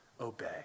obey